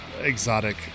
exotic